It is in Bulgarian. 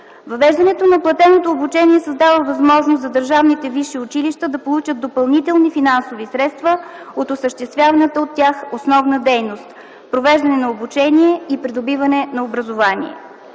Въвеждането на платеното обучение създава възможност за държавните висши училища да получат допълнителни финансови средства от осъществяваната от тях основна дейност – провеждане на обучение и придобиване на образование.